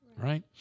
right